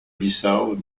bissau